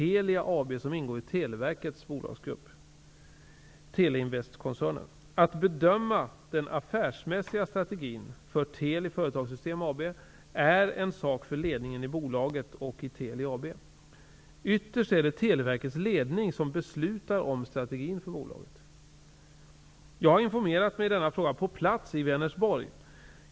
Teleinvestkoncernen. Att bedöma den affärsmässiga strategin för Teli Företagssystem AB är en sak för ledningen i bolaget och i Teli AB. Ytterst är det Televerkets ledning som beslutar om strategin för bolaget. Jag har informerat mig i denna fråga på plats i Vänersborg.